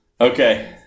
Okay